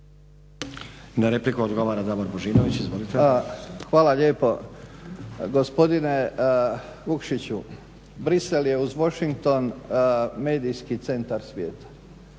Na repliku odgovara Davor Božinović. Izvolite. **Božinović, Davor (HDZ)** Hvala lijepo. Gospodine Vukšiću Bruxelles je uz Washington medijski centar svijeta.